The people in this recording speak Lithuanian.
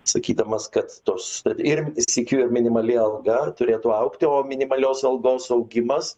sakydamas kad tos tad ir sykiu ir minimali alga turėtų augti o minimalios algos augimas